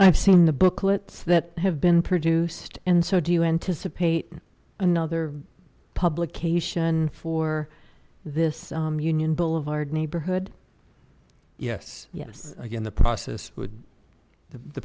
i've seen the booklets that have been produced and so do you anticipate another publication for this union boulevard neighborhood yes yes again the process would the